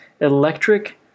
electric